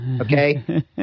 Okay